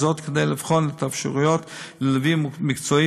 וזאת כדי לבחון את האפשרויות לליווי מקצועי